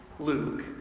Luke